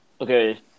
Okay